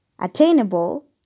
attainable